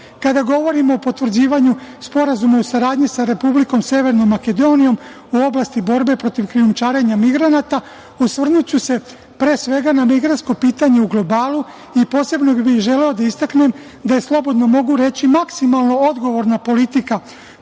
govorim o potvrđivanju Sporazuma o saradnji sa Republikom Severnom Makedonijom u oblasti borbe protiv krijumčarenja migranata, osvrnuću se pre svega na migrantsko pitanje u globalu i posebno bih želeo da istaknem da je, slobodno mogu reći, maksimalno odgovorna politika